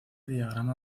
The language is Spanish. diagrama